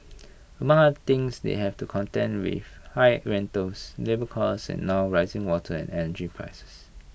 among other things they have to contend with high rentals labour costs and now rising water and energy prices